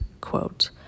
quote